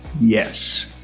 yes